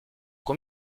dans